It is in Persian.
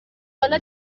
حالا